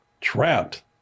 Trapped